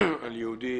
בסיפור על יהודי